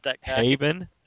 Haven